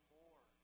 more